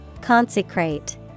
consecrate